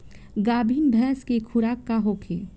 गाभिन भैंस के खुराक का होखे?